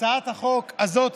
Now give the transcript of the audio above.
הצעת החוק הזאת,